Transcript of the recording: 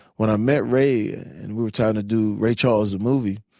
when i met ray and we were trying to do ray charles, the movie,